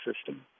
system